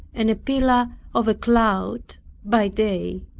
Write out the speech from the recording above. and a pillar of a cloud by day.